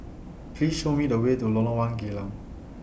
Please Show Me The Way to Lorong one Geylang